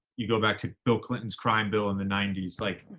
you go back to bill clinton's crime bill in the ninety s. like,